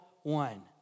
one